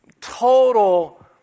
total